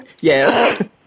Yes